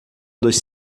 dos